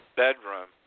bedroom